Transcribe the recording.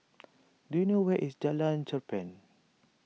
do you know where is Jalan Cherpen